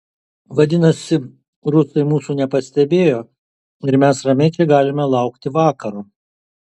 vadinasi rusai mūsų nepastebėjo ir mes ramiai čia galime laukti vakaro